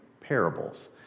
Parables